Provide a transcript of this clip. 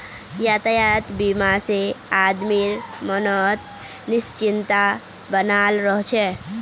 यातायात बीमा से आदमीर मनोत् निश्चिंतता बनाल रह छे